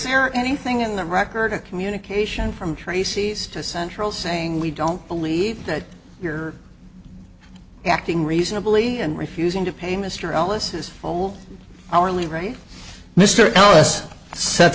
there anything in the record of communication from tracey's to central saying we don't believe that you're acting reasonably and refusing to pay mr ellis his full hourly rate mr ellis set